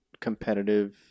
competitive